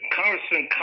Congressman